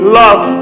love